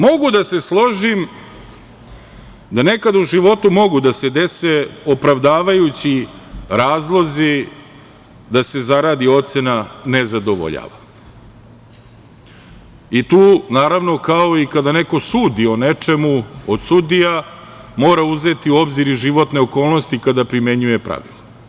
Mogu da se složim da nekada u životu mogu da se dese opravdavajući razlozi da se zaradi ocene „nezadovoljava“ i tu naravno kao i kada neko sudi o nečemu od sudija mora uzeti u obzir i životne okolnosti kada primenjuje pravilo.